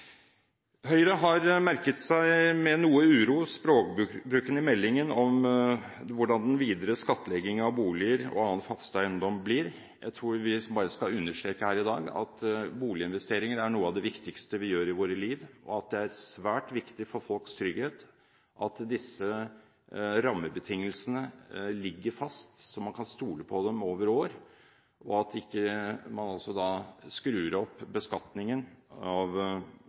Høyre har med noe uro merket seg språkbruken i meldingen om hvordan den videre skattleggingen av boliger og annen fast eiendom blir. Jeg tror vi bare skal understreke her i dag at boliginvestering er noe av det viktigste vi gjør i våre liv, og at det er svært viktig for folks trygghet at disse rammebetingelsene ligger fast, så man kan stole på dem over år, og at man altså ikke da skur opp beskatningen av